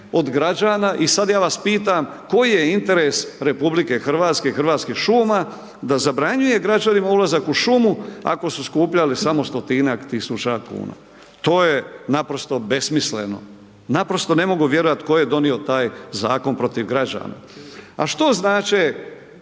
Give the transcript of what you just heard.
od građana i sad ja vas pitam koji je interes RH, Hrvatskih šuma, da zabranjuje građanima ulazak u šumu ako su skupljali samo stotinjak tisuća kuna, to je naprosto besmisleno, naprosto ne mogu vjerovati tko je donio taj zakon protiv građana. A što znače